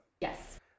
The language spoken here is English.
Yes